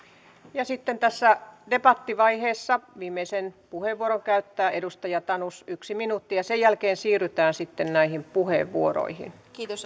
ja sitten tässä debattivaiheessa viimeisen puheenvuoron käyttää edustaja tanus yksi minuutti ja sen jälkeen siirrytään sitten näihin puheenvuoroihin